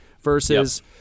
Versus